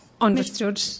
Understood